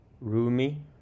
Rumi